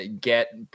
get